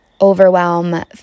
overwhelm